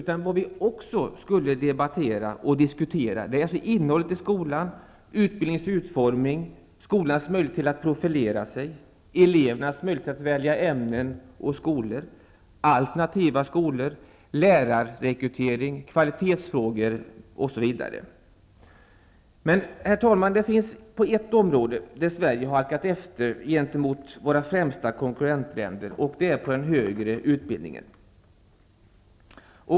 Vi måste också debattera innehållet i skolan, utbildningens utformning, skolans möjlighet till att profilera sig, elevernas möjlighet till att välja ämnen och skolor, alternativa skolor, lärarrekrytering, kvalitetsfrågor, osv. Herr talman! Men det finns ett område där Sverige har halkat efter gentemot våra främsta konkurrentländer, nämligen den högre utbildningen.